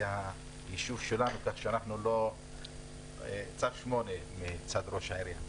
הישוב שלנו כך שיש לנו צו 8 מצד ראש העיריה.